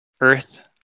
Earth